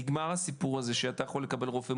נגמר הסיפור הזה שאתה יכול לקבל רופא מוכן.